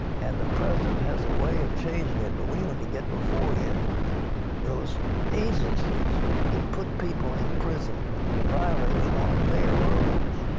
and the president has a way of changing it, but we ought and to get before him those agencies that put people in prison for violating one of their rules.